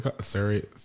sorry